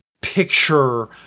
picture